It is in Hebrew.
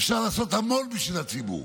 אפשר לעשות המון בשביל הציבור.